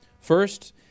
first